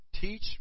teach